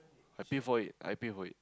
I pay for it I pay for it